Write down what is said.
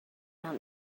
down